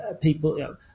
people